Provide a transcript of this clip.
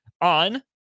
on